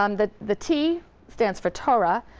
um the the t stands for torah,